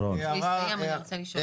כשהוא יסיים אני רוצה לשאול.